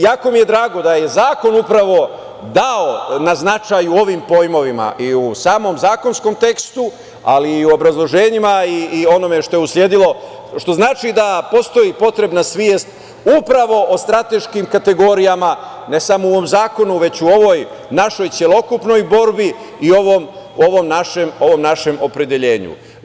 Jako mi je drago da je zakon upravo dao na značaju ovim pojmovima i u samom zakonskom tekstu, ali i u obrazloženjima i onome što je usledilo, što znači da postoji potrebna svest upravo o strateškim kategorijama ne samo u ovom zakonu, već u ovoj celokupnoj borbi i u ovom našem opredeljenju.